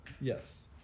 Yes